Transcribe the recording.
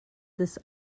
this